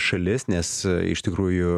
šalis nes iš tikrųjų